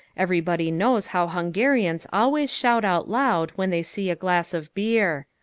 everybody knows how hungarians always shout out loud when they see a glass of beer.